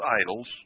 idols